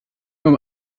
mehr